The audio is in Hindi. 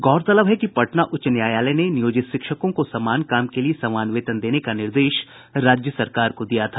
गौरतलब है कि पटना उच्च न्यायालय ने नियोजित शिक्षकों को समान काम के लिए समान वेतन देने का निर्देश राज्य सरकार को दिया था